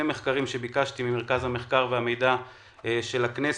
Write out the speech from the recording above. מחקרים שביקשתי ממרכז המחקר והמידע של הכנסת,